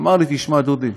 אמר לי, תשמע דודי,